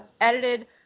edited